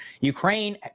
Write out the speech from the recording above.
Ukraine